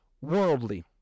worldly